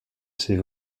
ses